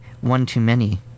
one-too-many